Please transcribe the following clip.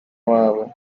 wabo